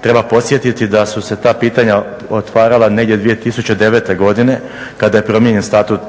Treba podsjetiti da su se ta pitanja otvarala negdje 2009. godine kada je promijenjen Statut